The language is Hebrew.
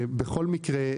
בכל מקרה,